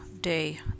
day